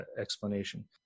explanation